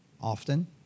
often